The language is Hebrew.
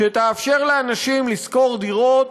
שתאפשר לאנשים לשכור דירות